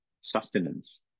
sustenance